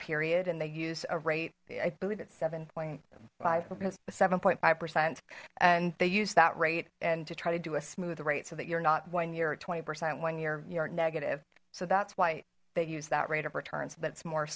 period and they use a rate i believe it's seven point five seven point five percent and they use that rate and to try to do a smooth rate so that you're not one year twenty percent one year you're negative so that's why they use that rate of return so that's more